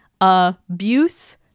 abuse